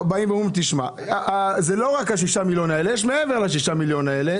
זה לא רק ה-6 מיליון שקלים האלה אלא בתקנה יש מעבר לסכום הזה.